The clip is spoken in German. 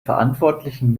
verantwortlichen